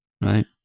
right